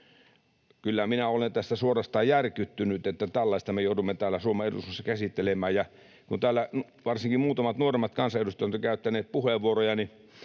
Kyllä minä olen tästä suorastaan järkyttynyt, että tällaista me joudumme täällä Suomen eduskunnassa käsittelemään. Ja kun täällä varsinkin muutamat nuoremmat kansanedustajat ovat käyttäneet puheenvuoroja, että